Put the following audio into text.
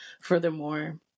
furthermore